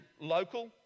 local